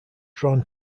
drawn